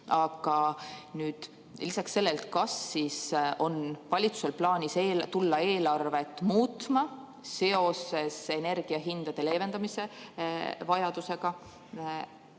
Aga kas lisaks sellele on valitsusel plaanis tulla eelarvet muutma seoses energiahindade leevendamise vajadusega? Teine